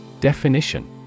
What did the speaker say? Definition